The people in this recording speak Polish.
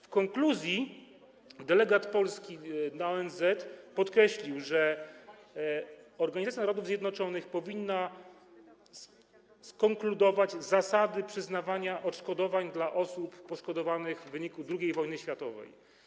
W konkluzji delegat Polski do ONZ podkreślił, że Organizacja Narodów Zjednoczonych powinna skonkludować zasady przyznawania odszkodowań dla osób poszkodowanych w wyniku II wojny światowej.